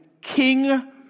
king